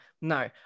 no